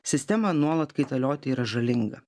sistemą nuolat kaitalioti yra žalinga